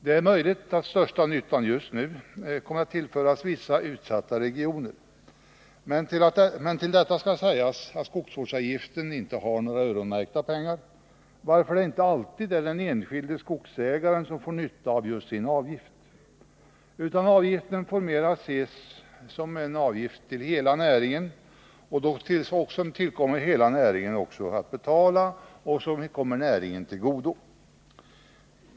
Det är möjligt att största nyttan just nu kommer att tillföras vissa utsatta regioner. Men till detta skall sägas att skogsvårdsavgiften inte är några öronmärkta pengar, varför det inte alltid är den enskilde skogsägaren som får nytta av sin avgift. Avgiften får mera ses som en avgift från hela näringen som kommer hela näringen till godo.